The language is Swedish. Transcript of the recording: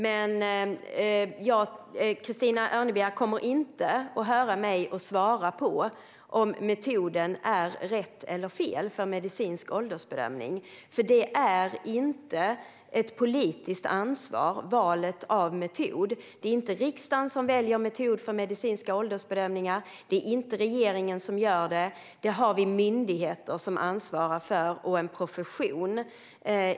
Men Christina Örnebjär kommer inte att få höra mig svara på om metoden för medicinsk åldersbedömning är rätt eller fel, för valet av metod är inte ett politiskt ansvar. Det är inte riksdagen som väljer metod för medicinska åldersbedömningar. Det är inte heller regeringen som gör det, utan det har vi myndigheter och en profession som ansvarar för.